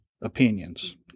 opinions